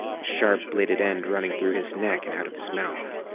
the sharp, bladed end running through his neck and out of his mouth.